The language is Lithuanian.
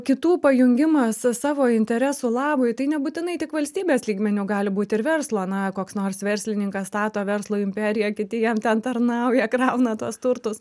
kitų pajungimas savo interesų labui tai nebūtinai tik valstybės lygmeniu gali būt ir verslo na koks nors verslininkas stato verslo imperiją kiti jam ten tarnauja krauna tuos turtus